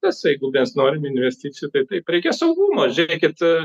tas jeigu mes norim investicijų tai taip reikia saugumo žiūrėkit